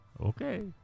Okay